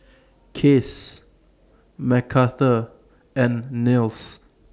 Case Mcarthur and Nils